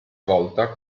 volta